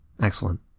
Excellent